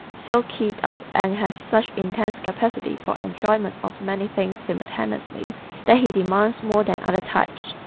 so keyed-up and has such intense capacity for enjoyment of many things simultaneously that he demands more than other types.